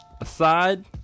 aside